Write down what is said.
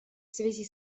связи